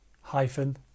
Hyphen